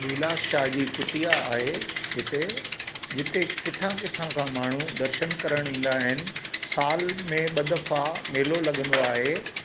लीलाशाह जी कुटिया आहे हिते जिते किथां किथां खां माण्हू दर्शन करण ईंदा आहिनि साल में ॿ दफ़ा मेलो लगंदो आहे